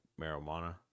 marijuana